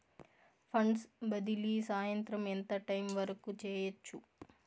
funds బదిలీ సాయంత్రం ఎంత టైము వరకు చేయొచ్చు